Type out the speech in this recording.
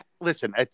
Listen